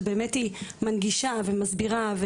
שמנגישה ומסבירה,